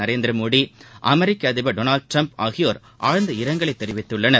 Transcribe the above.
நரேந்திர மோடி அமெரிக்க அதிபர் Donald Trump ஆகியோர் ஆழ்ந்த இரங்கலைத் தெரிவித்துள்ளனர்